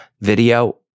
video